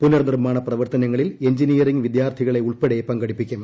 പുനർനിർമാണ പ്രവർത്തനങ്ങളിൽ എഞ്ചിനീയറിംഗ് വിദ്യാർഥികളെയുൾപ്പെടെ പങ്കെടുപ്പിക്കും